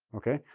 okay?